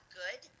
good